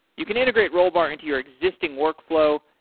you can integrate rollbar into your existing workflow.